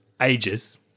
ages